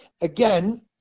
Again